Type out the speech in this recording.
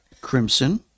crimson